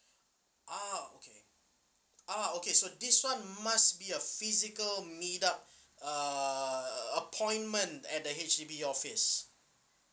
ah okay ah okay so this one must be a physical meet up uh appointment at the H_D_B office